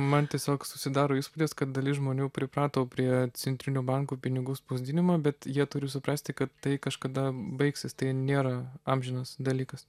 man tiesiog susidaro įspūdis kad dalis žmonių priprato prie centrinių bankų pinigų spausdinimo bet jie turi suprasti kad tai kažkada baigsis tai nėra amžinas dalykas